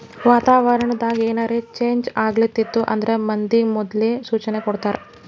ವಾತಾವರಣ್ ದಾಗ್ ಏನರೆ ಚೇಂಜ್ ಆಗ್ಲತಿತ್ತು ಅಂದ್ರ ಮಂದಿಗ್ ಮೊದ್ಲೇ ಸೂಚನೆ ಕೊಡ್ತಾರ್